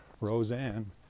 Roseanne